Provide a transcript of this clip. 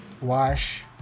wash